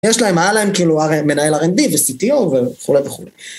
יש להם, היה להם מנהל R&D ו-CTO וכולי וכולי.